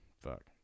fuck